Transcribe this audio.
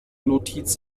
notiz